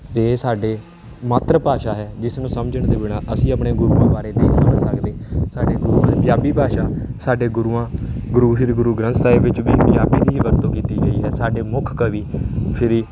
ਅਤੇ ਇਹ ਸਾਡੇ ਮਾਤਰ ਭਾਸ਼ਾ ਹੈ ਜਿਸ ਨੂੰ ਸਮਝਣ ਦੇ ਬਿਨਾਂ ਅਸੀਂ ਆਪਣੇ ਗੁਰੂਆਂ ਬਾਰੇ ਨਹੀਂ ਸਮਝ ਸਕਦੇ ਸਾਡੇ ਗੁਰੂਆਂ ਪੰਜਾਬੀ ਭਾਸ਼ਾ ਸਾਡੇ ਗੁਰੂਆਂ ਗੁਰੂ ਸ੍ਰੀ ਗੁਰੂ ਗ੍ਰੰਥ ਸਾਹਿਬ ਵਿੱਚ ਵੀ ਪੰਜਾਬੀ ਦੀ ਹੀ ਵਰਤੋਂ ਕੀਤੀ ਗਈ ਹੈ ਸਾਡੇ ਮੁੱਖ ਕਵੀ ਸ਼੍ਰੀ